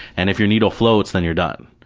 and if your needle floats, then you're done.